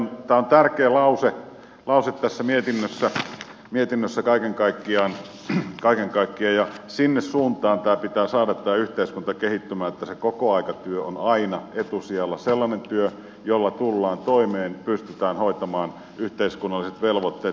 tämä on tärkeä lause tässä mietinnössä kaiken kaikkiaan ja sinne suuntaan pitää saada tämä yhteiskunta kehittymään että se kokoaikatyö on aina etusijalla sellainen työ jolla tullaan toimeen pystytään hoitamaan yhteiskunnalliset velvoitteet perheen velvoitteet